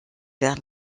vers